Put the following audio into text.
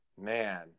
man